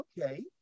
okay